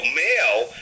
male